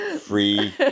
Free